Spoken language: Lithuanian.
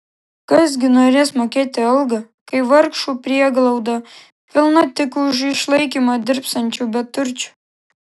kas gi norės mokėti algą kai vargšų prieglauda pilna tik už išlaikymą dirbsiančių beturčių